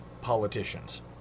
politicians